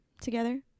together